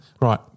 Right